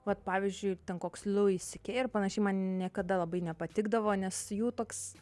vat pavyzdžiui ir ten koks louis c k ar panašiai man niekada labai nepatikdavo nes jų toks